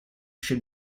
should